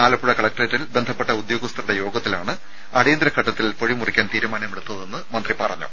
ആലപ്പുഴ കലക്ടറേറ്റിൽ ബന്ധപ്പെട്ട ഉദ്യോഗസ്ഥരുടെ യോഗത്തിലാണ് അടിയന്തര ഘട്ടത്തിൽ പൊഴി മുറിക്കാൻ തീരുമാനമെടുത്തതെന്ന് മന്ത്രി പറഞ്ഞു